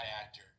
actor